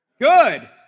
Good